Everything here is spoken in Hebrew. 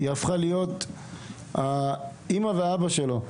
היא הפכה להיות האמא והאבא שלו.